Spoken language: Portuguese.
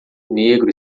negro